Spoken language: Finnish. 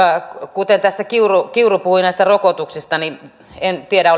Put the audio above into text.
kuten tässä kiuru kiuru puhui näistä rokotuksista niin en tiedä